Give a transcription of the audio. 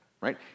Right